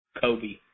Kobe